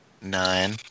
Nine